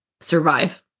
survive